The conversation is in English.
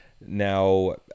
now